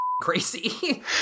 crazy